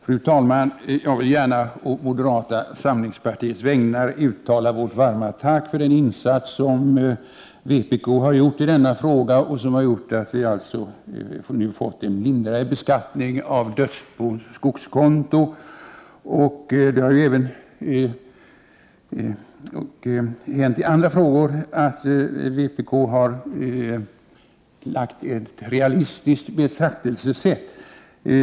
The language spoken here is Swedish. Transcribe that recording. Fru talman! Jag vill på moderata samlingspartiets vägnar uttala vårt varma tack för den insats som vpk har gjort i denna fråga och som har medfört att vi nu har fått en lindrigare beskattning av skogskonton hos dödsbon. Även i andra frågor har vpk haft ett realistiskt betraktelsesätt. Jag vet inte — Prot.